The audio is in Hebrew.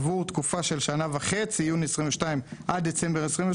עבור תקופה של שנה וחצי יוני 2022 עד דצמבר 2023